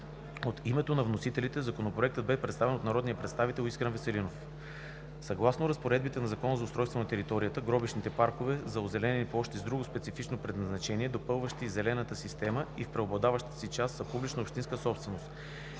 От името на вносителите Законопроектът бе представен от народния представител Искрен Веселинов. Съгласно разпоредбите на Закона за устройство на територията гробищните паркове са озеленени площи с друго специфично предназначение, допълващи зелената система и в преобладаващата си част, са публична общинска собственост.